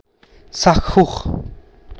চাক্ষুষ